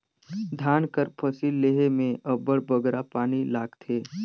धान कर फसिल लेहे में अब्बड़ बगरा पानी लागथे